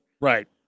Right